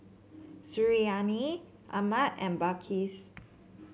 Suriani Ahmad and Balqis